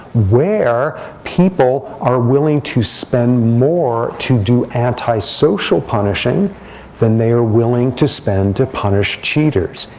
where people are willing to spend more to do anti-social punishing than they are willing to spend to punish cheaters,